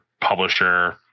publisher